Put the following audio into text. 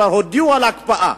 כבר הודיעו על הקפאה.